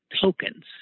tokens